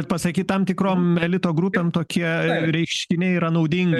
pasakyt tam tikrom elito grupėm tokie reiškiniai yra naudinga